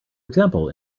example